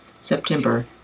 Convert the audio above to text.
September